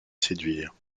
séduire